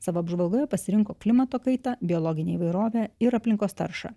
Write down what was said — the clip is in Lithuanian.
savo apžvalgoje pasirinko klimato kaitą biologinę įvairovę ir aplinkos taršą